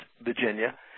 Virginia